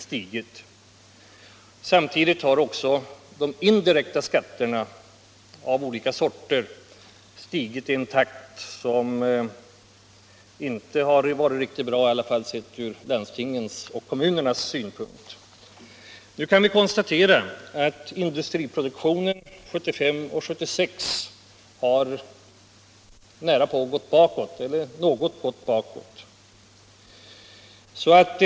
Samtidigt har de indirekta skatterna av olika slag ökat i ett tempo som inte har varit riktigt bra, i varje fall sett ur landstingens och kommunernas synpunkt. Vi kan också konstatera att industriproduktionen 1975 och 1976 har minskat.